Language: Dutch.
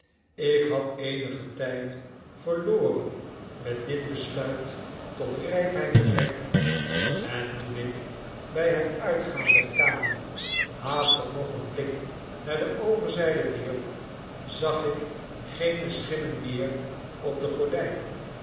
ik had eenigen tijd verloren met dit besluit tot rypheid te brengen en toen ik by het uitgaan der kamer haastig nog een blik naar de overzyde wierp zag ik geene schimmen meer op de gordyn